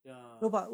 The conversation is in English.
ya